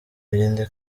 irinde